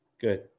Good